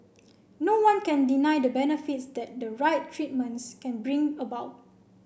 no one can deny the benefits that the right treatments can bring about